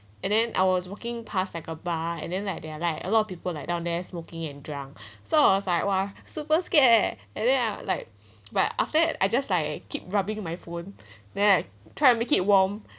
and then I was walking past like a bar and then like they are like a lot of people like lay down there smoking and drunk so I was like !wah! super scared and then uh like but after that I just like keep rubbing my phone then I try make it warm